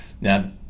Now